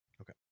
Okay